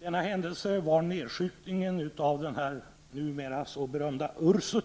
Denna händelse var den nedskjutning av två poliser på Mariatorget som den numera så berömde Ursut